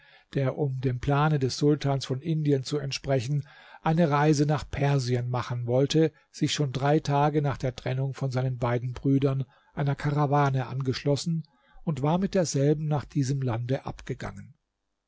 der um dem plane des sultans von indien zu entsprechen eine reise nach persien machen wollte sich schon drei tage nach der trennung von seinen beiden brüdern einer karawane angeschlossen und war mit derselben nach diesem lande abgegangen